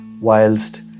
whilst